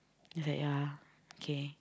is like ya kay